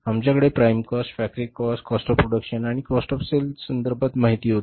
आमच्याकडे prime cost factory cost cost of production आणि cost of सेलसंदर्भात माहिती होती